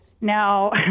Now